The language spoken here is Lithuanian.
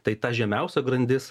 tai ta žemiausia grandis